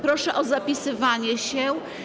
Proszę o zapisywanie się.